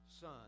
son